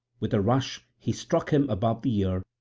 with a rush he struck him above the ear,